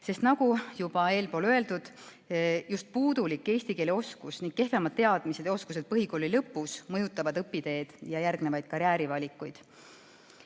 sest nagu juba eespool öeldud, just puudulik eesti keele oskus ning kehvemad teadmised ja oskused põhikooli lõpus mõjutavad õpiteed ja järgnevaid karjäärivalikuid.